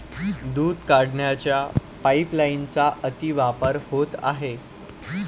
दूध काढण्याच्या पाइपलाइनचा अतिवापर होत आहे